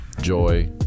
joy